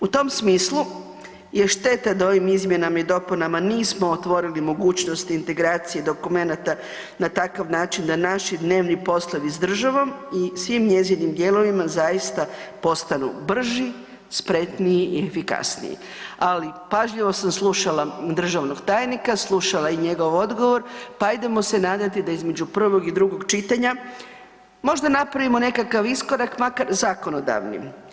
U tom smislu je šteta da ovim izmjenama i dopunama nismo otvorili mogućnosti integracije dokumenata na takav način da naši dnevni poslovi s državom i svim njezinim dijelovima, zaista postanu brži, spretniji i efikasniji ali pažljivo sam slušala državnog tajnika, slušala i njegov odgovor, pa ajdemo se nadati da između prvog i drugog čitanja možda napravimo nekakav iskorak, makar zakonodavni.